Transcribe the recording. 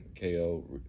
KO